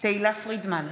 תהלה פרידמן,